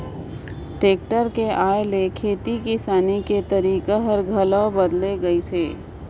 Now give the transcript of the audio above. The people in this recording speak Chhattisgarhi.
टेक्टर कर आए ले खेती किसानी कर तरीका हर घलो बदेल गइस अहे